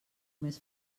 més